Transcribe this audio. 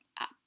up